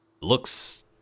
Looks